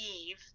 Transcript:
Eve